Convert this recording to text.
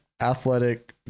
athletic